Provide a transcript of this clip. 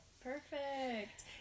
Perfect